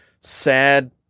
sad